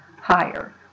higher